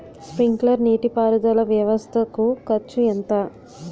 Sprinkler నీటిపారుదల వ్వవస్థ కు ఖర్చు ఎంత?